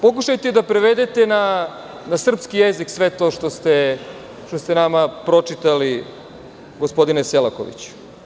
Pokušajte da prevedete na srpski jezik sve to što ste nama pročitali, gospodine Selakoviću.